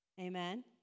Amen